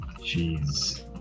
jeez